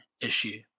issue